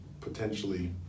potentially